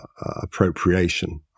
appropriation